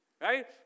right